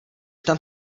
tam